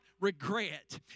regret